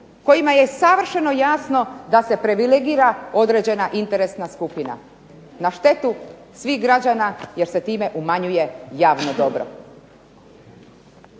kojima je savršeno jasno da se privilegira određena interesna skupina, na štetu svih građana jer se time umanjuje javno dobro,